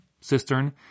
cistern